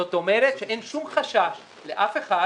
זאת אומרת, שאין שום חשש לאף אחד